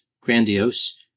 grandiose